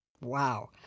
Wow